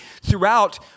throughout